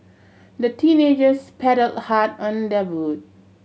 the teenagers paddled hard on their boat